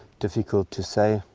difficult to say,